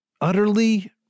utterly